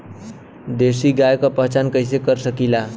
देशी गाय के पहचान कइसे कर सकीला?